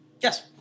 Yes